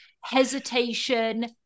hesitation